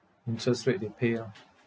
interest rate they pay ah